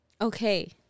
Okay